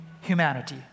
humanity